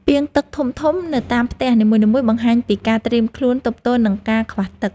ពាងទឹកធំៗនៅតាមផ្ទះនីមួយៗបង្ហាញពីការត្រៀមខ្លួនទប់ទល់នឹងការខ្វះទឹក។